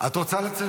את רוצה לצאת?